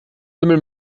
lümmel